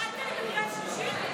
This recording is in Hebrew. קראת לי בקריאה שלישית?